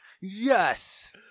Yes